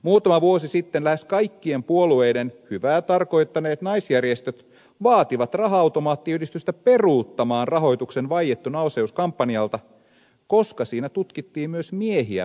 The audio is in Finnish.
muutama vuosi sitten lähes kaikkien puolueiden hyvää tarkoittaneet naisjärjestöt vaativat raha automaattiyhdistystä peruuttamaan rahoituksen vaiettu naiseus kampanjalta koska siinä tutkittiin myös miehiä parisuhdeväkivallan uhreina